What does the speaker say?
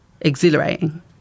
exhilarating